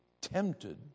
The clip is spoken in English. tempted